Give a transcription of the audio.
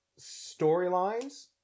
storylines